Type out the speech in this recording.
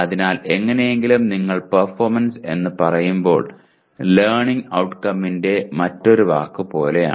അതിനാൽ എങ്ങനെയെങ്കിലും നിങ്ങൾ പെർഫോമൻസ് എന്ന് പറയുമ്പോൾ ലേർണിംഗ് ഔട്ട്കംമിന്റെ മറ്റൊരു വാക്ക് പോലെയാണ്